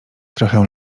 trochę